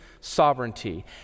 sovereignty